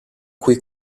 cui